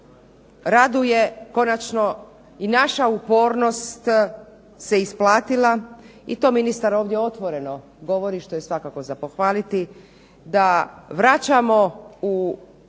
raduje konačno i naša upornost se isplatila i to ministar ovdje otvoreno govori, što je svakako za pohvaliti, da vraćamo u Zakon